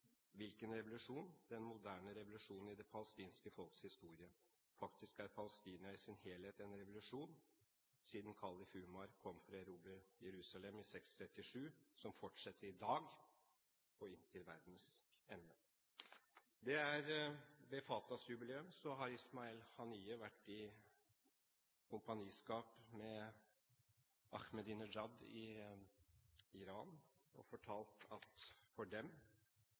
Hvilken revolusjon? Den moderne revolusjonen i det palestinske folks historie. Faktisk er Palestina i sin helhet en revolusjon, siden Umar kom , som fortsetter i dag, og inntil verdens ende.» Ved Fatahs jubileum har Ismail Haniyeh vært i kompaniskap med Ahmedinedjad I Iran og fortalt at for dem